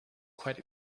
quite